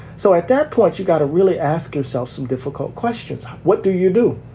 so at that point, you've got to really ask yourself some difficult questions. what do you do?